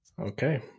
Okay